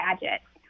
gadgets